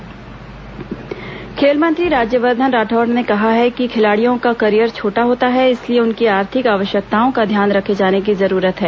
खेलो India Rathore खेल मंत्री राज्यवर्धन राठौड़ ने कहा है कि खिलाड़ियों का करियर छोटा होता है इसलिए उनकी आर्थिक आवश्यकताओं का ध्यान रखे जाने की जरूरत है